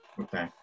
Okay